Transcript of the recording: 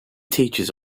teaches